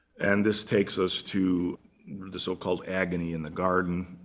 and this takes us to the so-called agony in the garden,